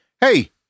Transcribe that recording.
Hey